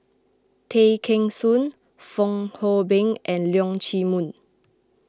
Tay Kheng Soon Fong Hoe Beng and Leong Chee Mun